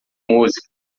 música